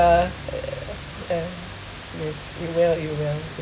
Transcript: eh yes it will it will